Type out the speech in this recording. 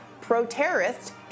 pro-terrorist